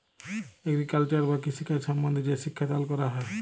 agriculture বা কৃষিকাজ সম্বন্ধে যে শিক্ষা দাল ক্যরা হ্যয়